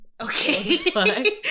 okay